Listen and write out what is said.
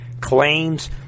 claims